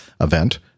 event